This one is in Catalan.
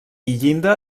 llinda